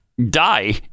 die